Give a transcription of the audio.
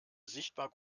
sichtbar